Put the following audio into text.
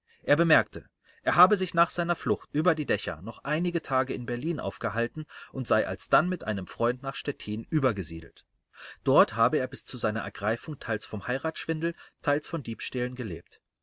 er bemerkte er habe sich nach seiner flucht über die dächer noch einige tage in berlin aufgehalten und sei alsdann mit einem freund nach stettin übergesiedelt dort habe er bis zu seiner ergreifung teils vom heiratsschwindel teils von diebstählen gelebt